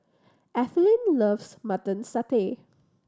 Ethelyn loves Mutton Satay